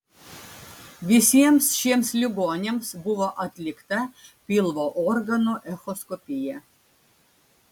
visiems šiems ligoniams buvo atlikta pilvo organų echoskopija